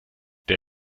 der